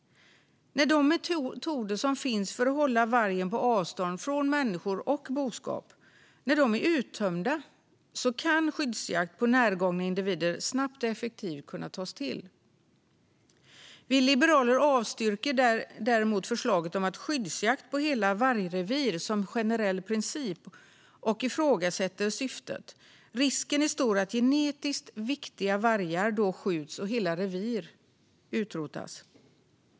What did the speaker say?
När de metoder som finns för att hålla vargen på avstånd från människor och boskap är uttömda ska skyddsjakt på närgångna individer snabbt och effektivt kunna tas till. Vi liberaler avstyrker däremot förslaget om skyddsjakt på hela vargrevir som generell princip och ifrågasätter syftet. Risken är stor att genetiskt viktiga vargar då skjuts och hela revir utrotas.